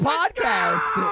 Podcast